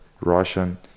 Russian